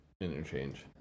interchange